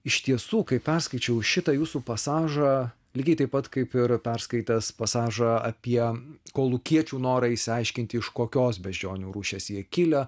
iš tiesų kai perskaičiau šitą jūsų pasažą lygiai taip pat kaip yra perskaitęs pasažą apie kolūkiečių norą išsiaiškinti iš kokios beždžionių rūšies jie kilę